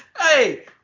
hey